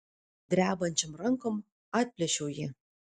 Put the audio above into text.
drebančiom rankom atplėšiau jį